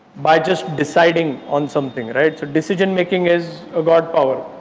by just deciding on something, right? so, decision making is god power.